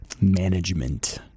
management